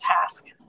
task